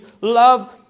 love